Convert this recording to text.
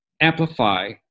amplify